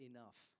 Enough